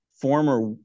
former